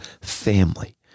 family